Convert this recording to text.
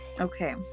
okay